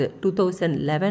2011